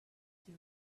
too